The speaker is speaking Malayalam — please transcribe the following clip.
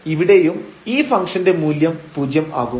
ഇവിടെയും ഈ ഫംഗ്ഷൻറെ മൂല്യം പൂജ്യം ആകും